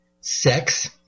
sex